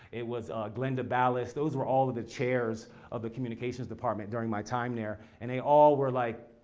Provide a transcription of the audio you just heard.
it was glenda ballas. those were all of the chairs of the communication department during my time there. and they all were like,